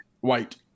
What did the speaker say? White